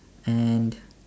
and